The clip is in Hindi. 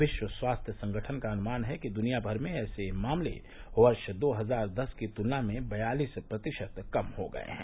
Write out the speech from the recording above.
विश्व स्वास्थ्य संगठन का अनुमान है कि दुनियाभर में ऐसे मामले वर्ष दो हजार दस की तुलना में बयालिस प्रतिशत कम हो गए हैं